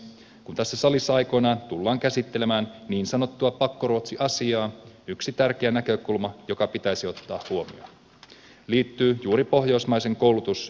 kun tässä salissa aikoinaan tullaan käsittelemään niin sanottua pakkoruotsiasiaa yksi tärkeä näkökulma joka pitäisi ottaa huomioon liittyy juuri pohjoismaisen koulutusyhteistyön tulevaisuuteen